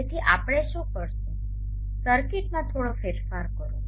તેથી આપણે શું કરીશું સર્કિટમાં થોડો ફેરફાર કરો